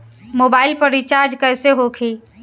Mobile पर recharge कैसे होखी?